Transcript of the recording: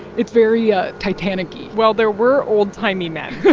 it's very ah titanic-y well, there were old-timey men,